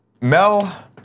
Mel